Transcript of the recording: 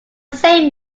same